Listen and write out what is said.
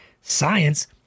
science